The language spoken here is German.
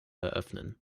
eröffnen